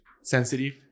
Sensitive